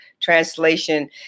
translation